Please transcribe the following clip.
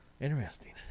Interesting